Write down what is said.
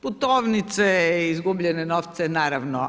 Putovnice, izgubljene novce naravno.